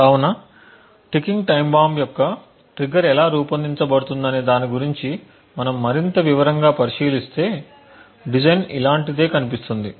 కాబట్టి ticking time bomb యొక్క trigger ఎలా రూపొందించబడుతుందనే దాని గురించి మనం మరింత వివరంగా పరిశీలిస్తే డిజైన్ ఇలాంటిదే కనిపిస్తుంది